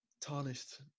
tarnished